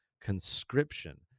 conscription